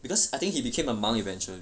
because I think he became a monk eventually